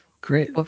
Great